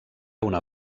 una